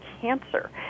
cancer